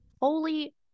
holy